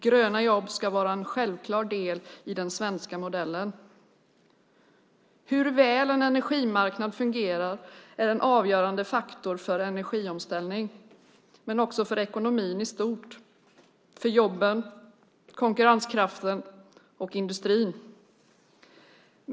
Gröna jobb ska vara en självklar del i den svenska modellen. Hur väl en energimarknad fungerar är en avgörande faktor för energiomställning men också för ekonomin i stort - för jobben, konkurrenskraften och industrin.